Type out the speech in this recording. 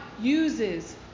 uses